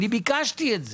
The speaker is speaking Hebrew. אני ביקשתי את זה.